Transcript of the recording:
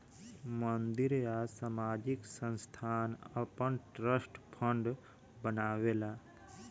मंदिर या सामाजिक संस्थान आपन ट्रस्ट फंड बनावेला